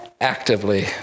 actively